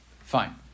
Fine